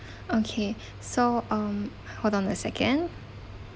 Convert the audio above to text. okay so um hold on a second